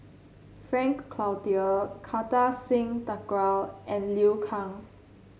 Frank Cloutier Kartar Singh Thakral and Liu Kang